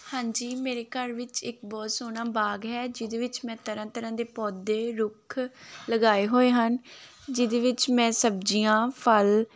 ਹਾਂਜੀ ਮੇਰੇ ਘਰ ਵਿੱਚ ਇੱਕ ਬਹੁਤ ਸੋਹਣਾ ਬਾਗ ਹੈ ਜਿਹਦੇ ਵਿੱਚ ਮੈਂ ਤਰ੍ਹਾਂ ਤਰ੍ਹਾਂ ਦੇ ਪੌਦੇ ਰੁੱਖ ਲਗਾਏ ਹੋਏ ਹਨ ਜਿਹਦੇ ਵਿੱਚ ਮੈਂ ਸਬਜ਼ੀਆਂ ਫਲ